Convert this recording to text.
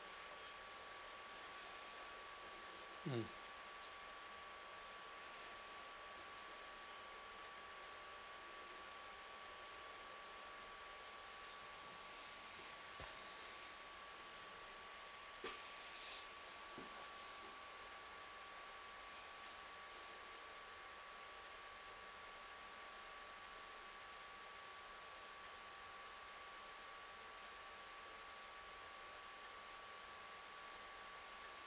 mm